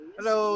Hello